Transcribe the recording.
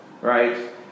right